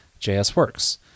JSWorks